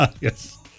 Yes